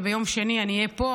וביום שני אני אהיה פה,